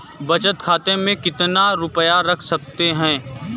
बचत खाते में कितना रुपया रख सकते हैं?